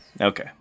okay